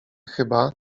chyba